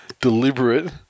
deliberate